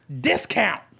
discount